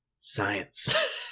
Science